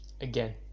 Again